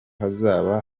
hazaba